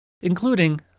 including